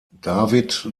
david